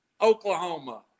Oklahoma